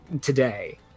today